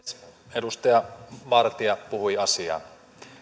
edustaja vartia puhui asiaa